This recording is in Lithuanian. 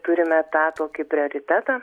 turime tą tokį prioritetą